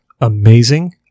amazing